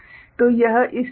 तो यह इस का राइटिंग पार्ट है